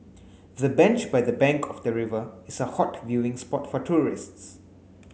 the bench by the bank of the river is a hot viewing spot for tourists